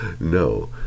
no